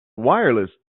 wireless